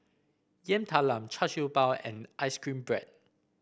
Yam Talam Char Siew Bao and ice cream bread